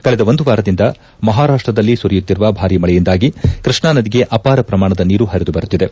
ಕಳೆದ ಒಂದು ವಾರದಿಂದ ಮಹಾರಾಷ್ಷದಲ್ಲಿ ಸುರಿಯುತ್ತಿರುವ ಭಾರಿ ಮಳೆಯಿಂದಾಗಿ ಕೃಷ್ಣಾ ನದಿಗೆ ಅಪಾರ ಪ್ರಮಾಣದ ನೀರು ಪರಿದು ಬರುತ್ತಿದೆ